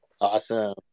awesome